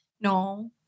No